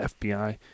FBI